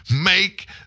make